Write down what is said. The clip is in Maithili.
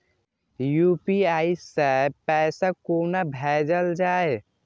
यू.पी.आई सै पैसा कोना भैजल जाय?